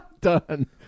Done